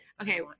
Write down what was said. Okay